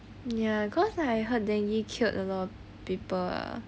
ya cause I heard dengue killed a lot of people ah